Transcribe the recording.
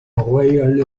royal